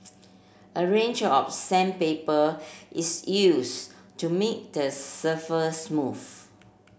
a range of sandpaper is use to make the surface smooth